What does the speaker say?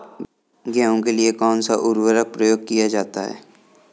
गेहूँ के लिए कौनसा उर्वरक प्रयोग किया जाता है?